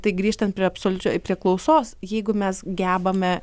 tai grįžtant prie absoliučio prie klausos jeigu mes gebame